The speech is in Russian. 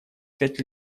пять